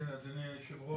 כן, אדוני היו"ר,